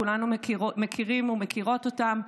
כולנו מכירים ומכירות אותן.